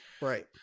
Right